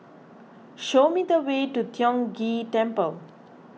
show me the way to Tiong Ghee Temple